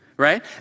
right